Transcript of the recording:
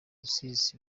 rusizi